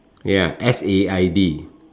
ya S A I D